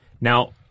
Now-